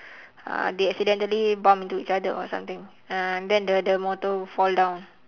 uh they accidentally bumped into each other or something uh then the the motor fall down